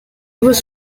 was